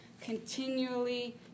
continually